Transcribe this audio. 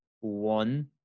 one